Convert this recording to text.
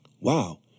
Wow